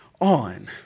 on